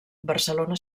barcelona